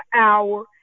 hour